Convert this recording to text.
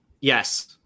Yes